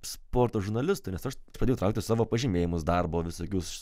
sporto žurnalistui nes aš pradėjau trauktis savo pažymėjimus darbo visokius